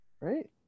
right